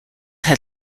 had